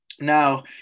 Now